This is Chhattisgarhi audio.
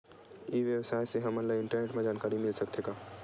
ई व्यवसाय से हमन ला इंटरनेट मा जानकारी मिल सकथे का?